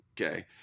Okay